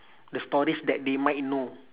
the stories that they might know